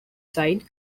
side